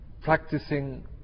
practicing